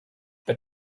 but